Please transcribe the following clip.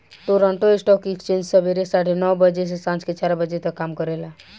Toronto stock exchange सबेरे साढ़े नौ बजे से सांझ के चार बजे तक काम करेला